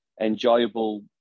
enjoyable